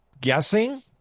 guessing